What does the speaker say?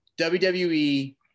WWE